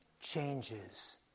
changes